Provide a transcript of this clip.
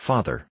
Father